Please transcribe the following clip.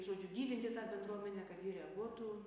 žodžiu gyvinti tą bendruomenę kad ji reaguotų